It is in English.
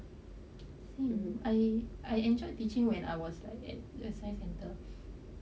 I I enjoy teaching when I was like at the science centre